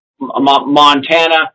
Montana